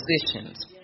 Positions